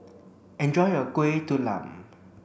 enjoy your Kuih Talam